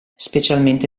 specialmente